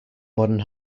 modern